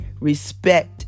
respect